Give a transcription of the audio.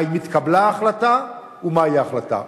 האם התקבלה ההחלטה, ומהי ההחלטה?